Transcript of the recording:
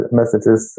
messages